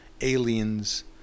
aliens